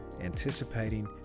anticipating